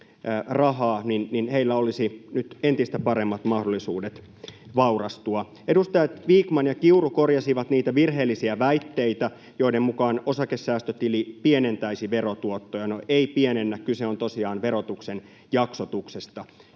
rahaa, olisi nyt entistä paremmat mahdollisuudet vaurastua. Edustajat Vikman ja Kiuru korjasivat niitä virheellisiä väitteitä, joiden mukaan osakesäästötili pienentäisi verotuottoja. No, ei pienennä, kyse on tosiaan verotuksen jaksotuksesta.